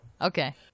okay